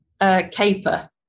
caper